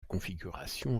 configuration